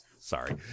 Sorry